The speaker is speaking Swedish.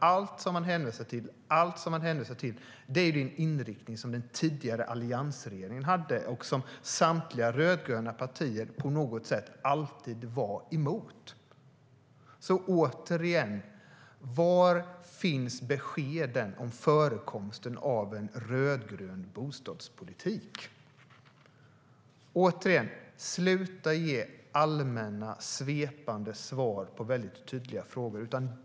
Allt som man hänvisar till är ju den inriktning som den tidigare alliansregeringen hade och som samtliga rödgröna partier på något sätt alltid var emot. Återigen frågar jag: Var finns beskeden om förekomsten av en rödgrön bostadspolitik? Sluta ge allmänna, svepande svar på tydliga frågor!